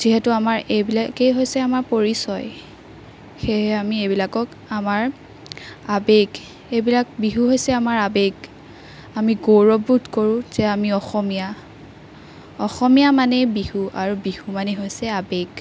যিহেতু আমাৰ এইবিলাকেই হৈছে আমাৰ পৰিচয় সেয়ে আমি এইবিলাকক আমাৰ আৱেগ এইবিলাক বিহু হৈছে আমাৰ আৱেগ আমি গৌৰৱ বোধ কৰোঁ যে আমি অসমীয়া অসমীয়া মানেই বিহু আৰু বিহু মানেই হৈছে আৱেগ